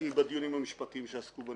אלא כן תרצה להצטרף אליה.